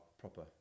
proper